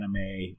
anime